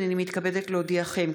הינני מתכבדת להודיעכם,